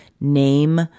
name